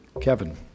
Kevin